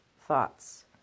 thoughts